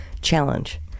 challenge